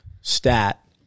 stat